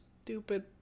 stupid